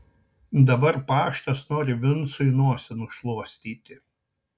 dabar paštas nori vincui nosį nušluostyti